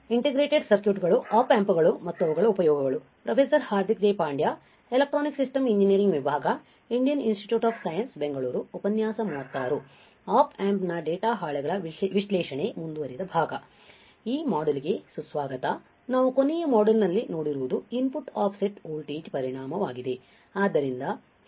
ಈ ಮಾಡ್ಯೂಲ್ಗೆ ಸುಸ್ವಾಗತ ನಾವು ಕೊನೆಯ ಮಾಡ್ಯೂಲ್ನಲ್ಲಿನೋಡಿರುವುದು ಇನ್ಪುಟ್ ಆಫ್ಸೆಟ್ ವೋಲ್ಟೇಜ್ ಪರಿಣಾಮವಾಗಿದೆ